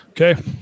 Okay